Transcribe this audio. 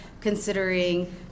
considering